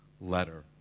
letter